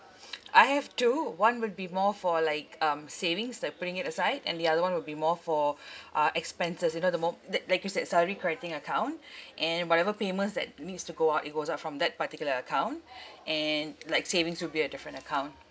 I have two one will be more for like um savings that I'm putting it aside and the other one will be more for uh expenses you know the mo~ that that gives like salary crediting account and whatever payments that needs to go out it goes out from that particular account and like savings will be a different account